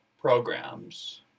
programs